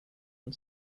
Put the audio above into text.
and